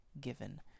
given